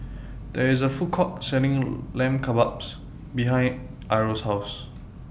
There IS A Food Court Selling Lamb Kebabs behind Irl's House